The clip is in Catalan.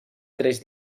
tres